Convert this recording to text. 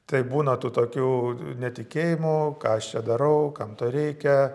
taip būna tų tokių netikėjimų ką aš čia darau kam to reikia